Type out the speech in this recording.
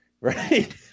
right